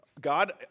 God